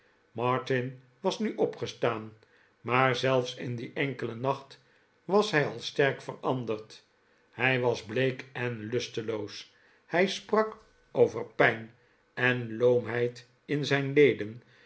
martin was nu opgestaan maar zelfs in dien enkelen nacht was hij al sterk veranderd hij was bleek en lusteloos hij sprak over pijn en loomheid in zijn leden